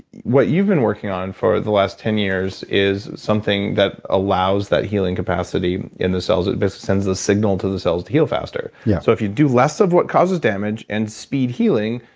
what you've been working on for the last ten years is something that allows that healing capacity in the cells. it basically sends a signal to the cells to heal faster yeah so, if you do less of what causes damage and speed healing,